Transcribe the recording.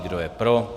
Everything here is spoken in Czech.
Kdo je pro?